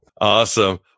Awesome